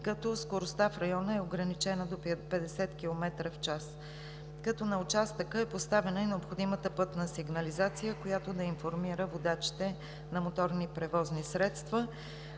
като скоростта в района е ограничена до 50 км в час. На участъка е поставена и необходимата пътна сигнализация, която да информира водачите на моторни превозни средства.